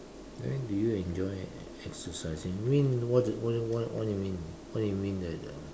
when do you enjoy an exercising mean what do what what what you mean what you mean that the